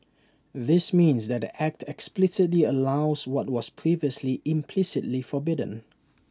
this means that the act explicitly allows what was previously implicitly forbidden